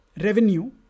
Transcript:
revenue